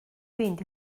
fynd